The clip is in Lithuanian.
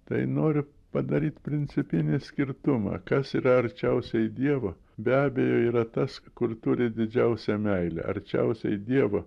tai noriu padaryt principinį skirtumą kas yra arčiausiai dievo be abejo yra tas kur turi didžiausią meilę arčiausiai dievo